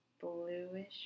bluish